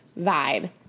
vibe